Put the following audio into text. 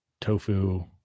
tofu